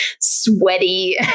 sweaty